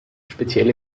speziell